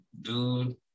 dude